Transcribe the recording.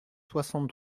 soixante